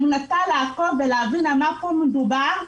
אני מנסה לעקוב ולהבין על מה מדובר פה.